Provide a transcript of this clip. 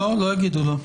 לא יגידו לו.